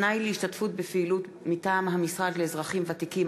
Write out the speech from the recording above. (תנאי להשתתפות בפעילות מטעם המשרד לאזרחים ותיקים),